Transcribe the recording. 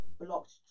blocked